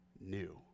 new